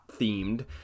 themed